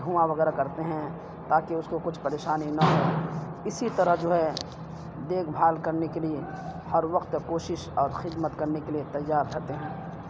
دھواں وغیرہ کرتے ہیں تاکہ اس کو کچھ پریشانی نہ ہو اسی طرح جو ہے دیکھ بھال کرنے کے لیے ہر وقت کوشش اور خدمت کرنے کے لیے تیار رہتے ہیں